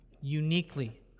uniquely